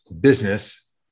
business